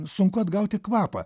sunku atgauti kvapą